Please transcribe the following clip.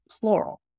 plural